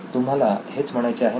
तुम्हाला हेच म्हणायचे आहे ना